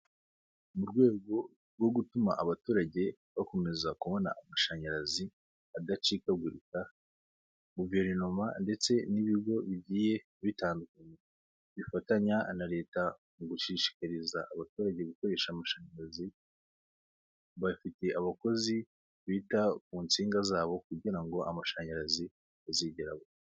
Mu rwego rwo gutuma abaturage bakomeza kubona amashanyarazi, adacikagurika, government ndetse n'ibigo bigiye bitandukanye bifatanya na leta mu gushishikariza abaturage gukoresha amashanyarazi. Bafite abakozi bita ku nsinga zabo kugira ngo amashanyarazi atazongera kubura.